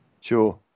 Sure